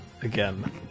again